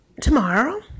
tomorrow